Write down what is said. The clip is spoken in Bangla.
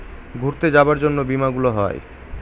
ঘুরতে যাবার জন্য বীমা গুলো হয়